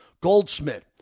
Goldsmith